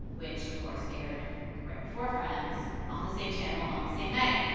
which, of course, aired right before friends on the same channel on the same night.